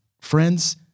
friends